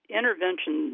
intervention